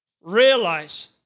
realize